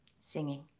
singing